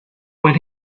when